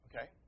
okay